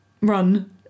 Run